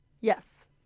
Yes